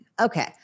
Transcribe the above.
Okay